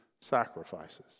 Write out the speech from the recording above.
sacrifices